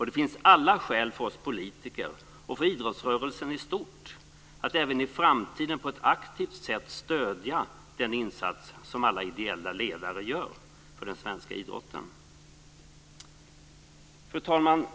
Det finns alla skäl för oss politiker och för idrottsrörelsen i stort att även i framtiden på ett aktivt sätt stödja den insats som alla ideella ledare gör för den svenska idrotten. Fru talman!